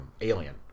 Alien